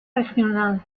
regional